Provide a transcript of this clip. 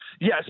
yes